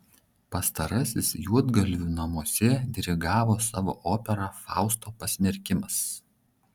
pastarasis juodgalvių namuose dirigavo savo operą fausto pasmerkimas